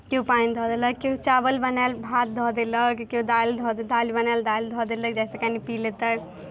केओ पानि धऽ देलक केओ चावल बनायल भात धऽ देलक केओ दालि धऽ दालि बनायल दालि धऽ देलक जाहिसँ कनि पी लेतै